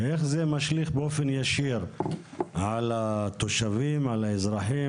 ואיך זה משליך באופן ישיר על התושבים והאזרחים,